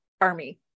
army